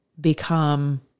become